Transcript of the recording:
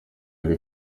ari